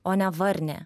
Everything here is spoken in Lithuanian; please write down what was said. o ne varnė